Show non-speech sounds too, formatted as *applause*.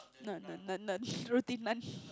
non non non non *laughs* roti nan